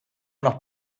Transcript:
noch